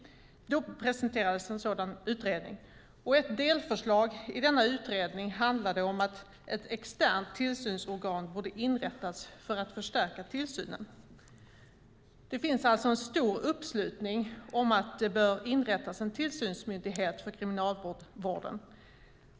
Ett delförslag i denna utredning handlade om att ett externt tillsynsorgan borde inrättas för att förstärka tillsynen. Det finns alltså en stor uppslutning om att det bör inrättas en tillsynsmyndighet för Kriminalvården.